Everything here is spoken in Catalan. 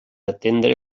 atendre